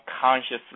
consciously